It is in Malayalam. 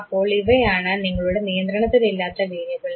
അപ്പോൾ ഇവയാണ് നിങ്ങളുടെ നിയന്ത്രണത്തിൽ ഇല്ലാത്ത വേരിയബിൾസ്